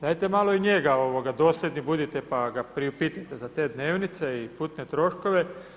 Dajte malo i njega doslijedni budite pa ga priupitajte za te dnevnice i putne troškove.